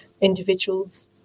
individuals